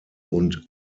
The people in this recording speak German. und